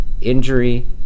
injury